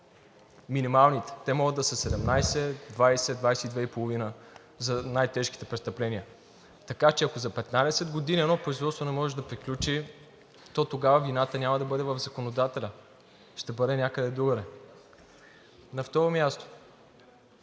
години. Те могат да са 17, 20, 22 и половина за най-тежките престъпления. Така че ако за 15 години едно производство не може да приключи, то тогава вината няма да бъде в законодателя, а ще бъде някъде другаде. На второ място,